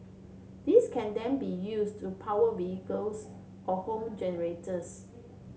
this can then be used to power vehicles or home generators